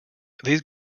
these